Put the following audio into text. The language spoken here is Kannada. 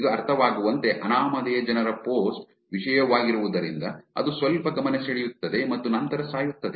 ಇದು ಅರ್ಥವಾಗುವಂತೆ ಅನಾಮಧೇಯ ಜನರ ಪೋಸ್ಟ್ ವಿಷಯವಾಗಿರುವುದರಿಂದ ಅದು ಸ್ವಲ್ಪ ಗಮನ ಸೆಳೆಯುತ್ತದೆ ಮತ್ತು ನಂತರ ಸಾಯುತ್ತದೆ